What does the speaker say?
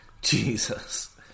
Jesus